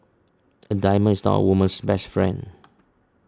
a diamond is not a woman's best friend